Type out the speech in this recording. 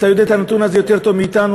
אתה יודע את הנתון הזה יותר טוב מאתנו,